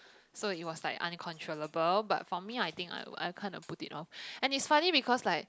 so it was like uncontrollable but for me I think I I kind of put it off and it's funny because like